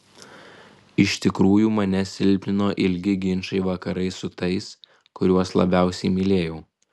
iš tikrųjų mane silpnino ilgi ginčai vakarais su tais kuriuos labiausiai mylėjau